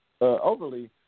overly